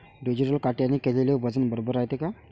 Digital काट्याने केलेल वजन बरोबर रायते का?